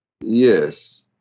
Yes